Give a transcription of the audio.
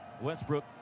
Westbrook